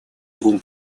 двум